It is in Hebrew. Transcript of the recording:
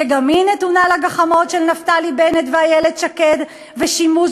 שגם היא נתונה לגחמות של נפתלי בנט ואיילת שקד ושימוש